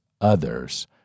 others